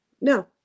no